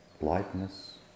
lightness